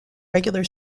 regular